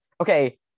okay